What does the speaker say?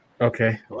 Okay